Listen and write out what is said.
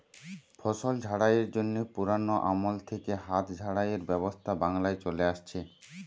ফসল ঝাড়াইয়ের জন্যে পুরোনো আমল থিকে হাত ঝাড়াইয়ের ব্যবস্থা বাংলায় চলে আসছে